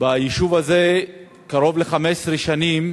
ביישוב הזה קרוב ל-15 שנים